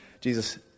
Jesus